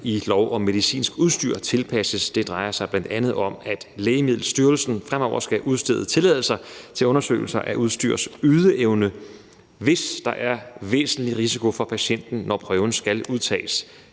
i lov om medicinsk udstyr tilpasses, og det drejer sig bl.a. om, at Lægemiddelstyrelsen fremover skal udstede tilladelser til undersøgelser af udstyrs ydeevne, hvis der er væsentlig risiko for patienten, når prøven skal udtages.